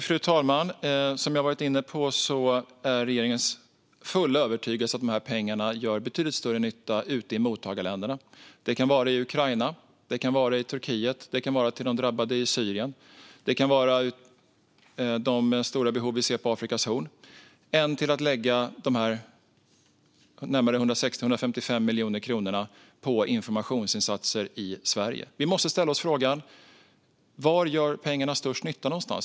Fru talman! Som jag har varit inne på är det regeringens fulla övertygelse att de här pengarna gör betydligt större nytta ute i mottagarländerna - till exempel i Ukraina, till drabbade i Turkiet och Syrien eller till de stora behov vi ser på Afrikas horn - än vad 155 miljoner kronor till informationsinsatser i Sverige kan göra. Vi måste ställa oss frågan var pengarna gör störst nytta.